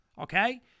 okay